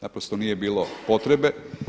Naprosto nije bilo potrebe.